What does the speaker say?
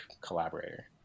collaborator